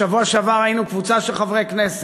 בשבוע שעבר היינו קבוצה של חברי כנסת,